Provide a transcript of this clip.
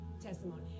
testimony